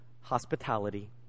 Hospitality